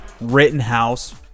Rittenhouse